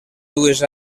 dues